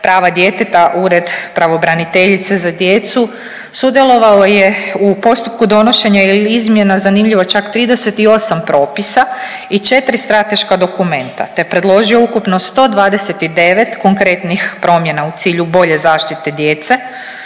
prava djeteta ured pravobraniteljice za djecu sudjelovao je u postupku donošenja ili izmjena zanimljivo čak 38 propisa i 4 strateška dokumenta, te predložio ukupno 129 konkretnih promjena u cilju bolje zaštite djece,